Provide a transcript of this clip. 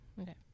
Okay